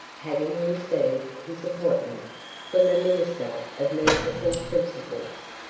having received his appointment from a minister of merciful principles.